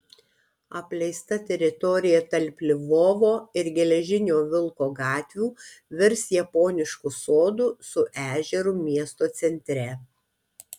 apleista teritorija tarp lvovo ir geležinio vilko gatvių virs japonišku sodu su ežeru miesto centre